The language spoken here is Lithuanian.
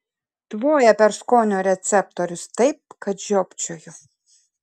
tvoja per skonio receptorius taip kad žiopčioju